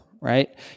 right